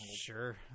sure